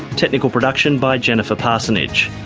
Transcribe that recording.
technical production by jennifer parsonage,